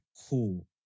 cool